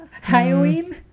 Halloween